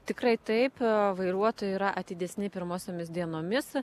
tikrai taip vairuotojai yra atidesni pirmosiomis dienomis